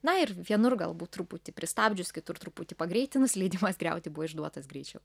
na ir vienur galbūt truputį pristabdžius kitur truputį pagreitinus leidimas griauti buvo išduotas greičiau